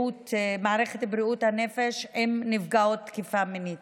מערכת בריאות הנפש עם נפגעות תקיפה מינית,